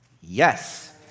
Yes